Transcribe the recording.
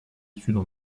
études